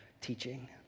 teaching